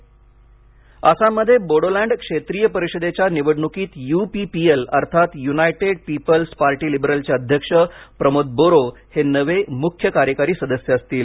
आसाम आसाममध्ये बोडोलँड क्षेत्रिय परिषदेच्या निवडणुकीत यू पी पी एल अर्थात यूनाइटेड पीपल्स पार्टी लिबरलचे अध्यक्ष प्रमोद बोरो हे नवे मुख्य कार्यकारी सदस्य असतील